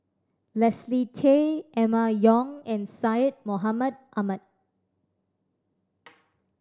Leslie Tay Emma Yong and Syed Mohamed Ahmed